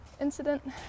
incident